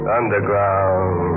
underground